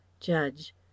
Judge